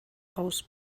aus